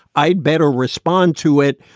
i'd better respond to it.